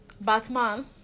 batman